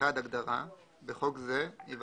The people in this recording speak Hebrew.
אני מקריא מתוך מסמך שכותרתו "נוסח מוצע לדיון,